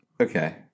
Okay